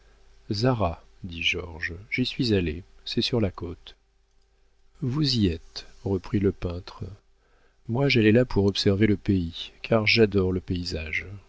j'y suis allé c'est sur la côte vous y êtes reprit le peintre moi j'allais là pour observer le pays car j'adore le paysage